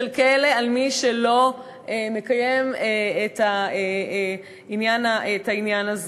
של כלא למי שלא מקיים את העניין הזה.